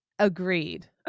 agreed